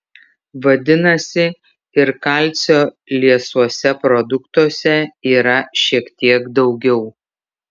vadinasi ir kalcio liesuose produktuose yra šiek tiek daugiau